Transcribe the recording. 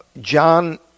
John